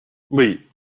oui